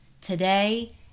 today